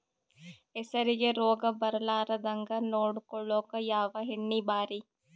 ಹೆಸರಿಗಿ ರೋಗ ಬರಲಾರದಂಗ ನೊಡಕೊಳುಕ ಯಾವ ಎಣ್ಣಿ ಭಾರಿ?